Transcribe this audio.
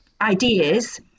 ideas